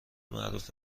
معروف